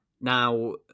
Now